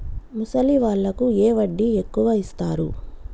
ముసలి వాళ్ళకు ఏ వడ్డీ ఎక్కువ ఇస్తారు?